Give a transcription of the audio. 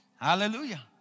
Hallelujah